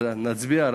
אז רק נצביע.